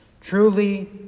truly